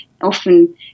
often